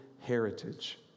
heritage